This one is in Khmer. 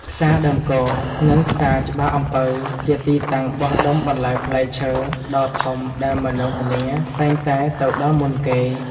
ផ្សារដើមគរ និងផ្សារច្បារអំពៅ ជាទីតាំងបោះដុំបន្លែផ្លែឈើដ៏ធំដែលមនុស្សម្នាតែងតែទៅដល់មុនគេ។